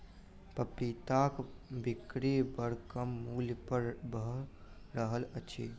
पपीताक बिक्री बड़ कम मूल्य पर भ रहल अछि